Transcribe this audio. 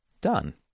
done